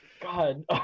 god